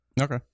Okay